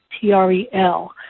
T-R-E-L